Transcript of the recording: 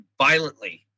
violently